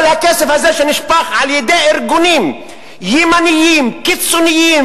כל הכסף הזה שנשפך על-ידי ארגונים ימניים קיצוניים,